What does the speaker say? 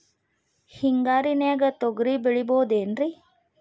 ಹಿಂಗಾರಿನ್ಯಾಗ ತೊಗ್ರಿ ಬೆಳಿಬೊದೇನ್ರೇ?